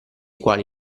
quali